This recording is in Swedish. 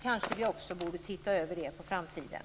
Kanske vi också borde se över det inför framtiden.